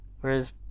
Whereas